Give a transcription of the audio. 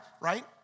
right